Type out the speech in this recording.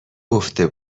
گفته